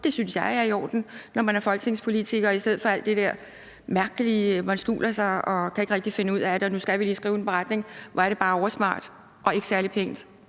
det synes jeg er i orden, når man er folketingspolitiker, i stedet for alt det der mærkelige med, at man skjuler sig, og at man ikke rigtig kan finde ud af det, og at nu skal vi lige skrive en beretning. Hvor er det bare oversmart og ikke særlig pænt.